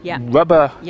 rubber